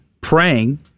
praying